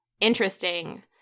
Interesting